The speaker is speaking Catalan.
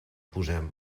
posem